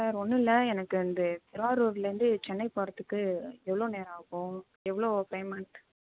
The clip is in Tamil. சார் ஒன்றும் இல்லை எனக்கு வந்து திருவாரூர்லேருந்து சென்னை போகிறதுக்கு எவ்வளோ நேரம் ஆகும் எவ்வளோ பேமெண்ட்